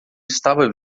estava